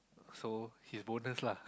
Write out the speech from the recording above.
so his bonus lah